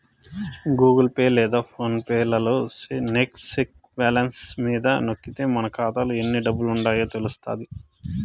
Google Pay లేదా PhonePe లలో check balance మీద నొక్కితే మన కాతాలో ఎన్ని డబ్బులుండాయో తెలస్తాది